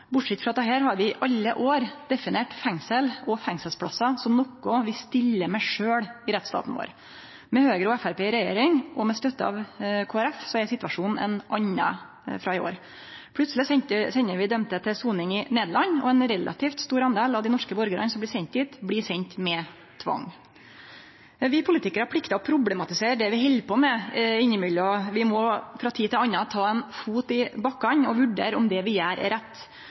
Det er bra. Bortsett frå dette har vi i alle år definert fengsel og fengselsplassar som noko vi sjølve stiller med i rettsstaten vår. Med Høgre og Framstegspartiet i regjering, og med støtte frå Kristeleg Folkeparti, er situasjonen ein annan frå i år. Plutseleg sender vi dømde til soning i Nederland, og ein relativt stor del av dei norske borgarane som blir sende dit, blir sende med tvang. Vi politikarar pliktar å problematisere det vi held på med, innimellom. Vi må frå tid til anna ta ein fot i bakken og vurdere om det vi gjer, er rett.